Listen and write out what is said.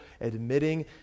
admitting